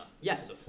Yes